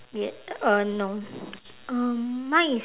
ye~ uh no um mine is